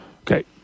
okay